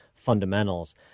fundamentals